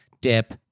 dip